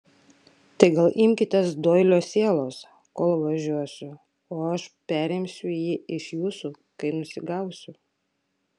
tai gal imkitės doilio sielos kol važiuosiu o aš perimsiu jį iš jūsų kai nusigausiu